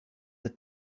the